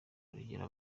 urugero